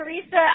Teresa